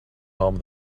home